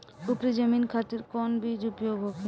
उपरी जमीन खातिर कौन बीज उपयोग होखे?